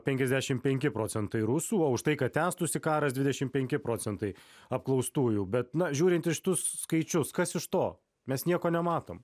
penkiasdešim penki procentai rusų už tai kad tęstųsi karas dvidešim penki procentai apklaustųjų bet na žiūrint į šitus skaičius kas iš to mes nieko nematom